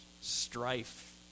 strife